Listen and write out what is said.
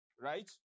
Right